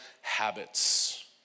habits